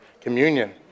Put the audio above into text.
communion